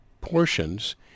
portions